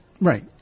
Right